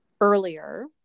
earlier